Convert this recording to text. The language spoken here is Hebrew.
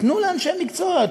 תנו לאנשי מקצוע,